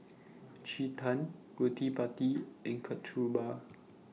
Chetan Gottipati and Kasturba